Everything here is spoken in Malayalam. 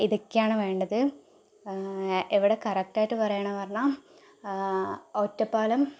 ഇതൊക്കെയാണ് വേണ്ടത് എവിടെ കറക്റ്റായിട്ട് പറയണം പറഞ്ഞ ഒറ്റപ്പാലം